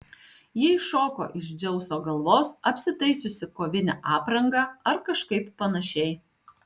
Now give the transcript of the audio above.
ji iššoko iš dzeuso galvos apsitaisiusi kovine apranga ar kažkaip panašiai